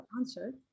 answered